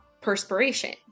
perspiration